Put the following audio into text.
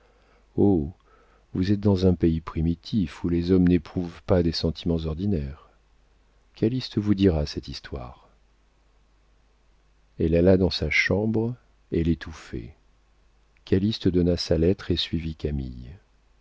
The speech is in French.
vous êtes dans un pays primitif où les hommes n'éprouvent pas des sentiments ordinaires calyste vous dira cette histoire elle alla dans sa chambre elle étouffait calyste donna sa lettre et suivit camille